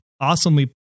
awesomely